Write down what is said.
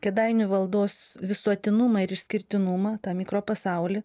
kėdainių valdos visuotinumą ir išskirtinumą tą mikropasaulį